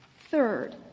third,